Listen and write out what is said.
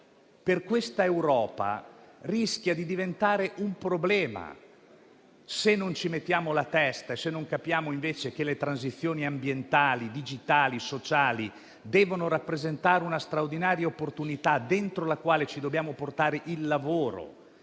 Per questa Europa rischia di diventare un problema se non ci mettiamo la testa e non capiamo che le transizioni ambientali, digitali e sociali debbono rappresentare una straordinaria opportunità dentro la quale dobbiamo portare il lavoro,